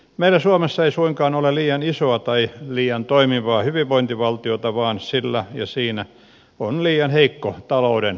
meillä suomessa ei suinkaan ole liian isoa tai liian toimivaa hyvinvointivaltiota vaan sillä ja siinä on liian heikko talouden moottori